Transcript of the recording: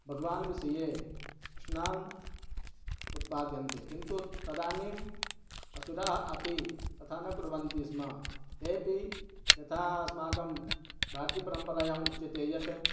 भगवान् विषये प्रश्नान् उत्पाद्यन्ति किन्तु तदानीम् असुराः अपि तथा न कुर्वन्ति स्म तेपि यथा अस्माकं भारतीपरम्परायाम् उच्यते यत्